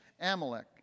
Amalek